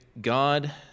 God